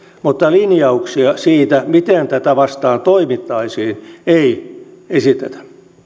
mutta linjauksia siitä miten tätä vastaan toimittaisiin ei esitetä